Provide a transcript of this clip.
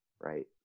right